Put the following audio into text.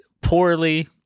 poorly